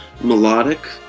melodic